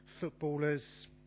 footballers